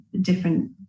different